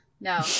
No